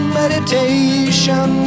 meditation